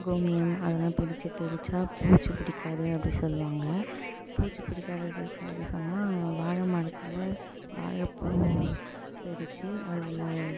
கோமியம் அதெல்லாம் பிடித்து தெளிச்சால் பூச்சி பிடிக்காது அப்படி சொல்லுவாங்க பூச்சி பிடிக்காததற்காக சொன்னால் வாழை மரத்தில் வாழைப்பூ பறித்து அதில்